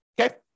Okay